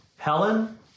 Helen